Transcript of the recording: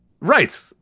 Right